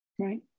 Right